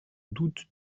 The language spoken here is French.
doute